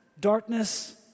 Darkness